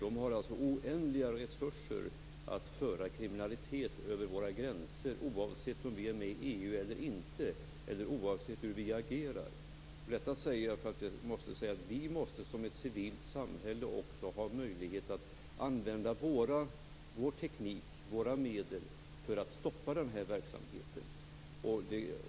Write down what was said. Den har alltså oändliga resurser att föra kriminalitet över våra gränser oavsett om vi är med i EU eller inte och oavsett hur vi agerar. Vi måste som ett civilt samhälle ha möjlighet att använda vår teknik och våra medel för att stoppa den här verksamheten.